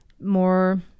more